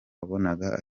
wabonaga